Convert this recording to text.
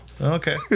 okay